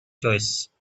choice